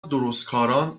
درستکاران